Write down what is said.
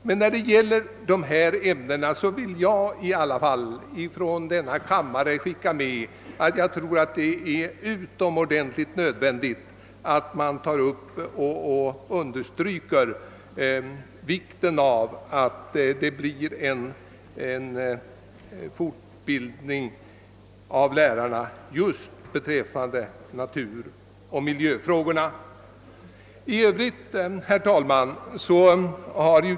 Men i fråga om essa ämnen vill i alla fall jag person ligen från denna kammare uttala att det är utomordentligt nödvändigt att vi får en lärarfortbildning just beträffande naturoch miljöfrågorna. Herr talman!